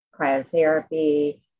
cryotherapy